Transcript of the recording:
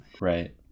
right